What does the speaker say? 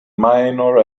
minor